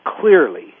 clearly